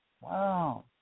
Wow